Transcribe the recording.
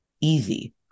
Easy